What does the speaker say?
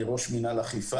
אני ראש מינהל אכיפה